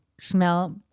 smell